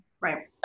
Right